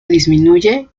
disminuye